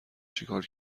چیکار